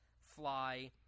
fly